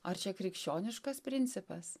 ar čia krikščioniškas principas